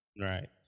right